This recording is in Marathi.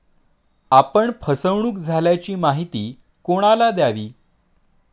आपण फसवणुक झाल्याची माहिती कोणाला द्यावी?